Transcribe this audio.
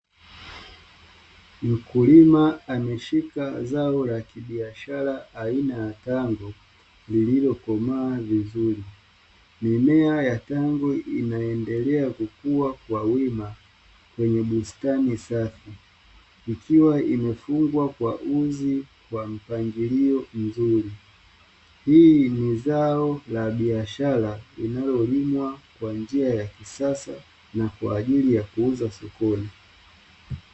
Mkulima akiwa ameshika zao la kibiashara aina ya tango lililokomaa vizuri, mimea ya tango inaendelea kukua kwa wima kwenye bustani safi ukiwa umefugwa kwa uzi wa mpangilio mzuri, hii ni zao la biashara linalolimwa kwa njia ya kisasa na kwaajili ya kuuzwa sokoni .